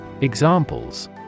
Examples